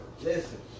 Listen